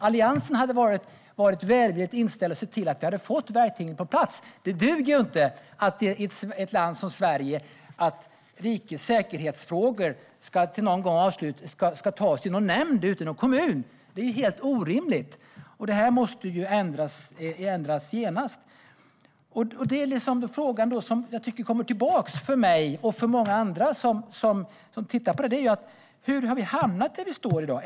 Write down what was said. Alliansen hade varit välvilligt inställd och sett till att vi hade fått verktygen på plats. Det duger inte i ett land som Sverige att frågor som gäller rikets säkerhet ska beslutas i någon nämnd ute i någon kommun. Det är helt orimligt. Det måste ändras genast. Frågan som kommer tillbaka för mig och många andra som tittar på detta här: Hur har vi hamnat där vi står i dag?